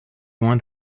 loin